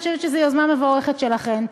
אני חושבת שזו יוזמה מבורכת שלכן.